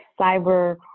Cyber